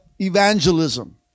evangelism